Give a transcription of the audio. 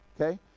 okay